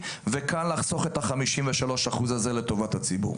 וכאן לחסוך את ה-53% האלו לטובת הציבור.